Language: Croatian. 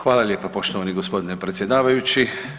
Hvala lijepa poštovani gospodine predsjedavajući.